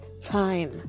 time